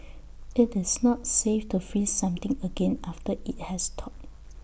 IT is not safe to freeze something again after IT has thawed